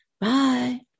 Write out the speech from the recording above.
Bye